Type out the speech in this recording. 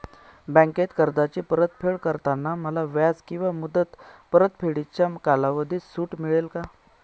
बँकेत कर्जाची परतफेड करताना मला व्याज किंवा मुद्दल परतफेडीच्या कालावधीत सूट मिळेल का?